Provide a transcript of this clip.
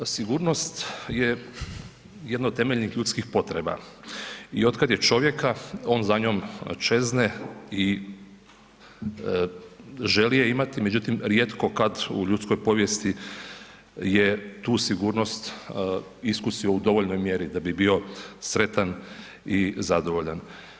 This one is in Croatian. Sigurnost je jedno od temeljnih ljudskih potreba i otkad je čovjeka, on za njim čezne i želi je imati međutim rijetko kad u ljudskoj povijesti je tu sigurnost iskusio u dovoljnoj mjeri da bi bio sretan i zadovoljan.